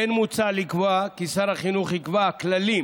כמו כן מוצע לקבוע כי שר החינוך יקבע כללים